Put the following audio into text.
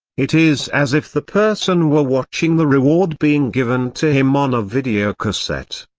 it is as if the person were watching the reward being given to him on a videocassette.